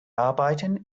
arbeiten